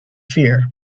fear